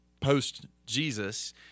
post-Jesus